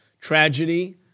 tragedy